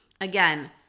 Again